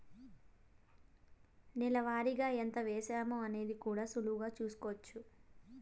నెల వారిగా ఎంత వేశామో అనేది కూడా సులువుగా చూస్కోచ్చు